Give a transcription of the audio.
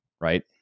right